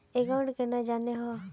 Account केना जाननेहव?